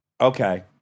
Okay